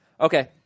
Okay